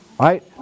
Right